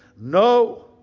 No